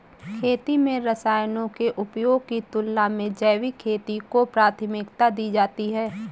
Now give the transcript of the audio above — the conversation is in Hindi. खेती में रसायनों के उपयोग की तुलना में जैविक खेती को प्राथमिकता दी जाती है